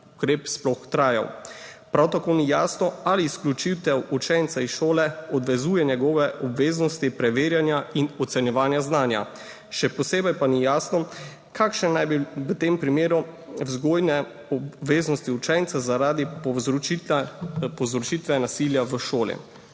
ukrep sploh trajal. Prav tako ni jasno, ali izključitev učenca iz šole odvezuje njegove obveznosti preverjanja in ocenjevanja znanja. Še posebej pa ni jasno, kakšne naj bi bile v tem primeru vzgojne obveznosti učenca zaradi povzročitve nasilja v šoli.